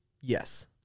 Yes